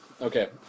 Okay